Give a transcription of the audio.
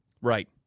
Right